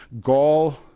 gall